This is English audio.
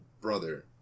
brother